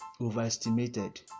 overestimated